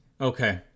Okay